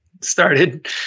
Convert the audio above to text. started